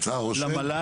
צריך רק עוד שלושה אפסים.